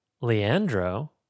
Leandro